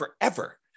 forever